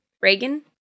Reagan